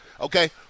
Okay